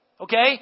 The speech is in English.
Okay